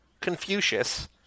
Confucius